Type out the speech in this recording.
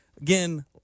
again